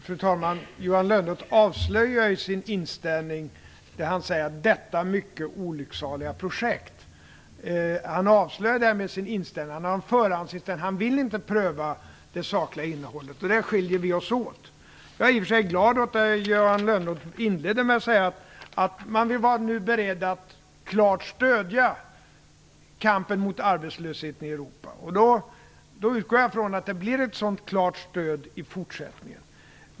Fru talman! Johan Lönnroth avslöjar sin inställning när han säger "detta mycket olycksaliga projekt". Han avslöjar därmed sin inställning. Han har en förhandsinställning. Han vill inte pröva det sakliga innehållet, och där skiljer vi oss åt. Jag är i och för sig glad åt att Johan Lönnroth inledde med att säga att man nu var beredd att klart stödja kampen mot arbetslösheten i Europa. Jag utgår ifrån att det blir ett sådant klart stöd i fortsättningen.